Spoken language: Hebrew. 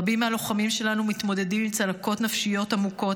רבים מהלוחמים שלנו מתמודדים עם צלקות נפשיות עמוקות.